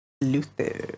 Luther